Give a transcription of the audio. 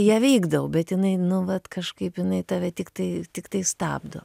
ją vykdau bet jinai nu vat kažkaip jinai tave tiktai tiktai stabdo